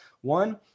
one